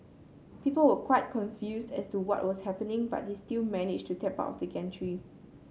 people were quite confused as to what was happening but they still managed to tap out of the gantry